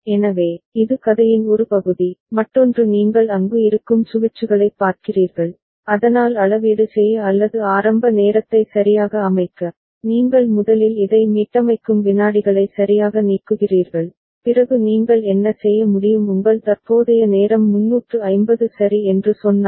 எனவே இது கதையின் ஒரு பகுதி மற்றொன்று நீங்கள் அங்கு இருக்கும் சுவிட்சுகளைப் பார்க்கிறீர்கள் அதனால் அளவீடு செய்ய அல்லது ஆரம்ப நேரத்தை சரியாக அமைக்க நீங்கள் முதலில் இதை மீட்டமைக்கும் விநாடிகளை சரியாக நீக்குகிறீர்கள் பிறகு நீங்கள் என்ன செய்ய முடியும் உங்கள் தற்போதைய நேரம் 350 சரி என்று சொன்னால்